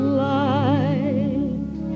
light